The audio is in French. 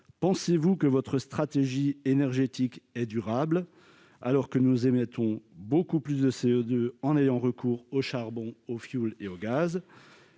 Estimez-vous que votre stratégie énergétique est durable alors que nous émettons beaucoup plus de CO2 en ayant recours au charbon, au fioul et au gaz ?